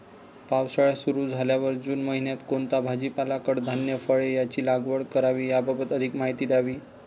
पावसाळा सुरु झाल्यावर जून महिन्यात कोणता भाजीपाला, कडधान्य, फळे यांची लागवड करावी याबाबत अधिक माहिती द्यावी?